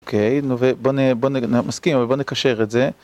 אוקיי, נו, ובוא נסכים, ובוא נקשר את זה.